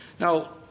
Now